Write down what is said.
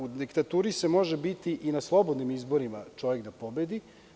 U diktaturi može biti i na slobodnim izborima da čovek pobedi.